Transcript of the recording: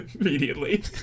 immediately